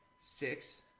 six